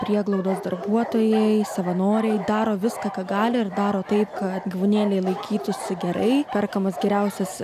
prieglaudos darbuotojai savanoriai daro viską ką gali ir daro tai kad gyvūnėliai laikytųsi gerai perkamas geriausias